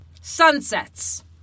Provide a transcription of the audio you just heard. Sunsets